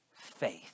faith